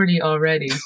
already